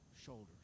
shoulders